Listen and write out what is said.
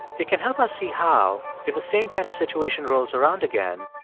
it can help us see how, if the same kind of situation rolls around again,